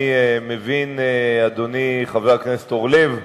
אני מבין, אדוני חבר הכנסת אורלב,